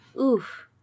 Oof